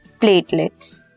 platelets